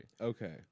Okay